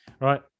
right